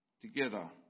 together